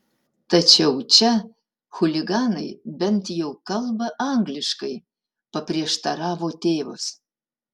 tačiau čia chuliganai bent jau kalba angliškai paprieštaravo tėvas